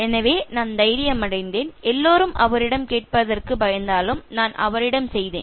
எனவே நான் தைரியம் அடைந்தேன் எல்லோரும் அவரிடம் கேட்பதற்கு பயந்தாலும் நான் அவரிடம் சென்றேன்